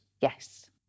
Yes